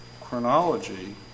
chronology